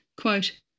Quote